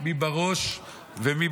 מי בראש ומי,